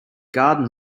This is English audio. garden